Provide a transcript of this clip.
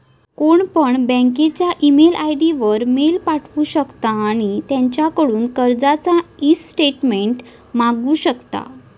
कोणपण बँकेच्या email ID वर मेल पाठवु शकता आणि त्यांच्याकडून कर्जाचा ईस्टेटमेंट मागवु शकता